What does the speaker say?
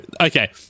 Okay